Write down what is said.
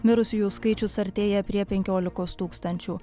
mirusiųjų skaičius artėja prie penkiolikos tūkstančių